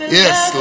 yes